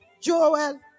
Joel